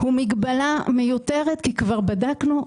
הוא מגבלה מיותרת כי כבר בדקנו אותן.